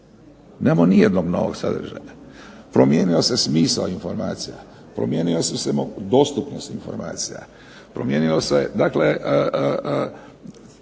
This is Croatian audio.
Nemamo nijednog novog sadržaja. Promijenio se smisao informacija, promijenila se dostupnost informacija, promijenio se